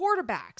quarterbacks –